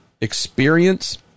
experience